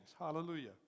hallelujah